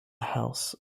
house